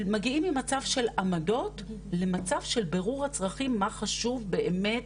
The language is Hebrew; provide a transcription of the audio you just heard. מגיעים ממצב של עמדות ומצב של בירור הצרכים מה חשוב באמת,